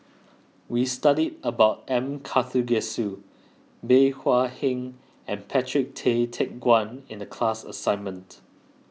we studied about M Karthigesu Bey Hua Heng and Patrick Tay Teck Guan in the class assignment